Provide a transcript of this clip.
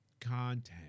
content